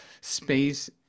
space